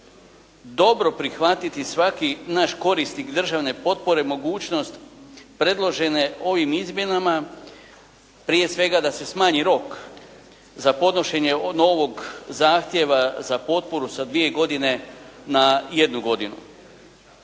dobro prihvatiti svaki naš korisnik državne potpore mogućnost predložene ovim izmjenama, prije svega da se smanji rok za podnošenje novog zahtjeva za potporu sa dvije godine na jednu godinu.